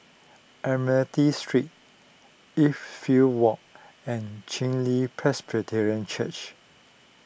Admiralty Street Edgefield Walk and Chen Li Presbyterian Church